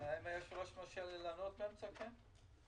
האם היושב-ראש מרשה לי לענות באמצע הצגת התוכנית?